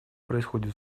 происходит